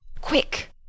Quick